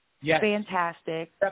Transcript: Fantastic